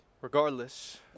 Regardless